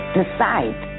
decide